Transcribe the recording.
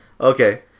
Okay